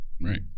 Right